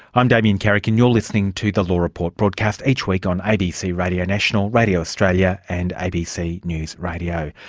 i'm damien carrick and you're listening to the law report broadcast each week on abc radio national, radio australia and abc news radio.